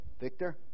Victor